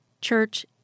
Church